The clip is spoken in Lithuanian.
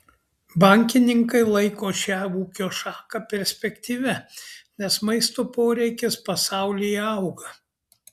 bankininkai laiko šią ūkio šaką perspektyvia nes maisto poreikis pasaulyje auga